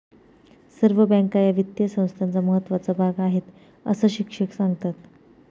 सर्व बँका या वित्तीय संस्थांचा महत्त्वाचा भाग आहेत, अस शिक्षक सांगतात